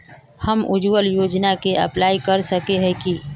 हम उज्वल योजना के अप्लाई कर सके है की?